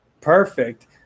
Perfect